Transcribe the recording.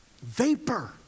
vapor